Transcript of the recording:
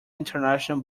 international